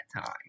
time